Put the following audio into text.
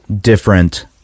different